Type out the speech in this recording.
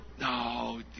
no